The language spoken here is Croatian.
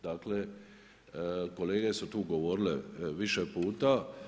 Dakle, kolege su tu govorile više puta.